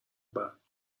بعد